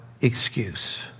excuse